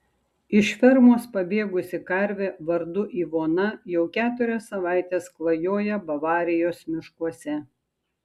iš fermos pabėgusi karvė vardu ivona jau keturias savaites klajoja bavarijos miškuose